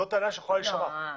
זאת טענה שיכולה להישמע.